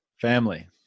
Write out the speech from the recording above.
Family